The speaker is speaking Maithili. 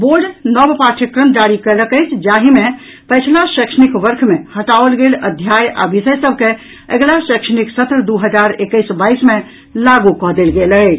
बोर्ड नव पाठ्यक्रम जारी कयलक अछि जाहि मे पछिला शैक्षणिक वर्ष मे हटाओल गेल अध्याय आ विषय सभ के अगिला शैक्षणिक सत्र दू हजार एकैस बाईस मे लागू कऽ देल गेल अछि